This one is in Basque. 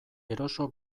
eroso